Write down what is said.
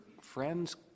friend's